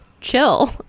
chill